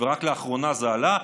ורק לאחרונה זה עלה.